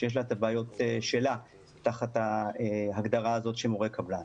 שיש לה את הבעיות שלה תחת ההגדרה הזאת של מורה קבלן.